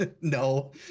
No